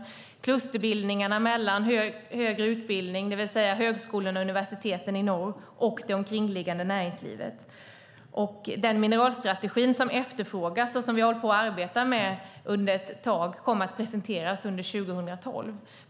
Det är också klusterbildningarna mellan högre utbildning, det vill säga högskolorna och universiteten i norr, och det omkringliggande näringslivet. Den mineralstrategi som efterfrågas och som vi har arbetat med ett tag kommer att presenteras under 2012.